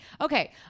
Okay